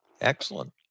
excellent